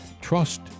trust